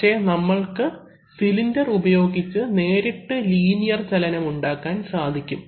പക്ഷേ നമ്മൾക്ക് സിലിണ്ടർ ഉപയോഗിച്ച് നേരിട്ട് ലീനിയർ ചലനമുണ്ടാക്കാൻ സാധിക്കും